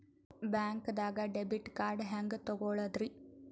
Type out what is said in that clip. ಬ್ಯಾಂಕ್ದಾಗ debit card ಹೆಂಗ್ ತಗೊಳದ್ರಿ?